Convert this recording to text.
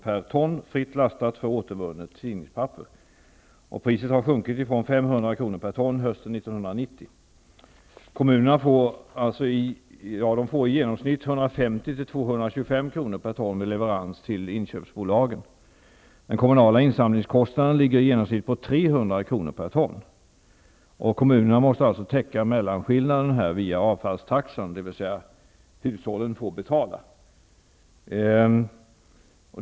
per ton för fritt lastat återvunnet tidningspapper. Priset har sjunkit ifrån 500 kr. per ton hösten 1990. Kommunerna får i genomsnitt 150--225 kr. per ton vid leverans till inköpsbolagen. Den kommunala insamlingskostnaden ligger i genomsnitt på 300 kr. per ton. Kommunerna måste alltså täcka mellanskillnaden via avfallstaxan, dvs. hushållen får betala.